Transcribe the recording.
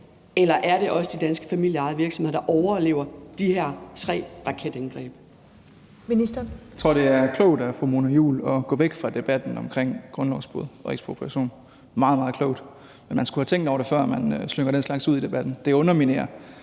eller er det også de danske familieejede virksomheder, der overlever de her tre raketindgreb?